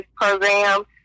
program